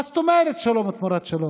מה זאת אומרת שלום תמורת שלום?